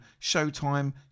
Showtime